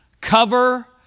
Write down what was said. Cover